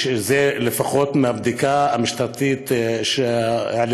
זה לפחות מה שהבדיקה הראשונית המשטרתית העלתה,